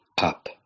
up